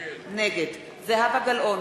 נגד זהבה גלאון,